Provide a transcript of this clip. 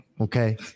Okay